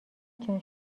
جان